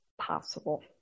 possible